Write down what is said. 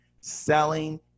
Selling